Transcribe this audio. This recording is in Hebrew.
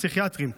פסיכיאטרים.